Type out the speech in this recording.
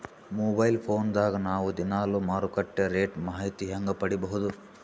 Mobile phone ದಾಗ ನಾವು ದಿನಾಲು ಮಾರುಕಟ್ಟೆ ರೇಟ್ ಮಾಹಿತಿ ಹೆಂಗ ಪಡಿಬಹುದು?